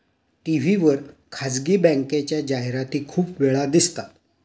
TV वर खासगी बँकेच्या जाहिराती खूप वेळा दिसतात